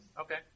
Okay